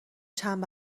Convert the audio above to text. چند